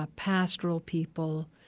ah pastoral people,